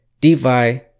DeFi